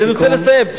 אני רוצה לסיים.